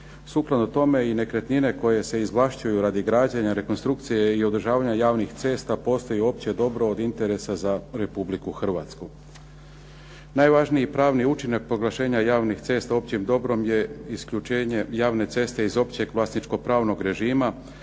Sukladno tome i nekretnine koje se izvlašćuju radi građenja, rekonstrukcije o održavanja javnih cesta postoji opće dobro od interesa za RH. Najvažniji pravni učinak proglašenja javnih cesta proglašenja općim dobro je isključenje javne ceste iz općeg vlasničko pravnog režima,